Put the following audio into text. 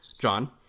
John